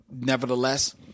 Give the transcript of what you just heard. Nevertheless